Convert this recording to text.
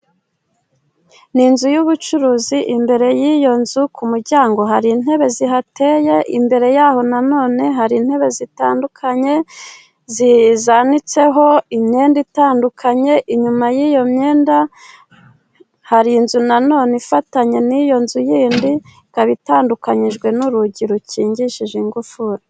Ni inzu y'ubucuruzi, imbere y'iyo nzu ku muryango hari intebe zihateye, imbere yaho nanone hari intebe zitandukanye, zanitseho imyenda itandukanye, inyuma y'iyo myenda hari inzu nanone ifatanye n'iyo nzu yindi, ikaba itandukanyijwe n'urugi rukingishije ingufuri.